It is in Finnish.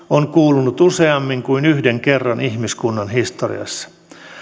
on kuulunut useammin kuin yhden kerran ihmiskunnan historiassa